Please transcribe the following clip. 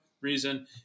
reason